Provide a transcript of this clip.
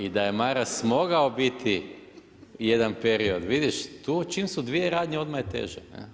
I da je Maras mogao biti jedan period, vidiš, tu čim su dvije radnje, odmah je teže.